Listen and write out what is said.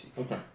Okay